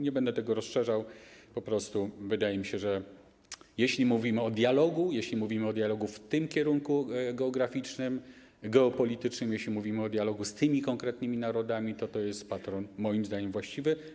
Nie będę tego rozszerzał, po prostu wydaje mi się, że jeśli mówimy o dialogu, jeśli mówimy o dialogu w tym kierunku geograficznym, geopolitycznym, jeśli mówimy o dialogu z tymi konkretnymi narodami, to to jest patron moim zdaniem właściwy.